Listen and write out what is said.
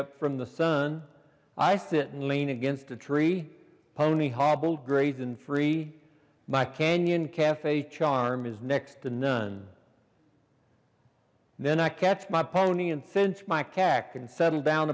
up from the sun i sit and lean against the tree pony hobbled raisin free my canyon cafe charm is next to none then i catch my pony and since my kak and settled down